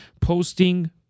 posting